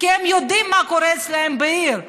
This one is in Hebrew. כי הם יודעים מה קורה אצלם בעיר.